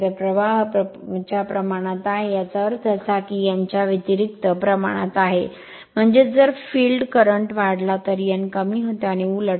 तर प्रवाह proportion च्या प्रमाणात आहे याचा अर्थ असा की n च्या व्यतिरिक्त प्रमाणात आहे म्हणजेच जर फील्ड करंट वाढला तर n कमी होते आणि उलट